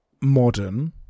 modern